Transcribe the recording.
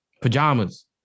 pajamas